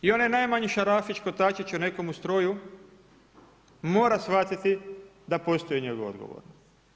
I onaj najmanji šarafić kotačića u nekome stroju, mora shvatiti da postoji njegova odgovornost.